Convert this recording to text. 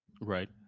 Right